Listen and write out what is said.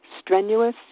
strenuous